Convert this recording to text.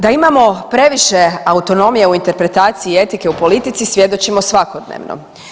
Da imamo previše autonomije u interpretaciji etike u politici svjedočimo svakodnevno.